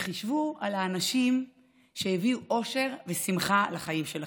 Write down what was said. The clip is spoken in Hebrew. עצמו את העיניים וחשבו על האנשים שהביאו אושר ושמחה לחיים שלכם,